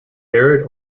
arid